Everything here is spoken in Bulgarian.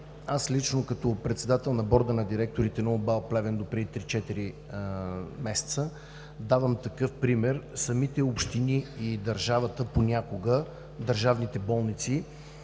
Аз лично като председател на Борда на директорите на УМБАЛ Плевен допреди 3 - 4 месеца, давам такъв пример: самите общини и държавата понякога, държавните болници,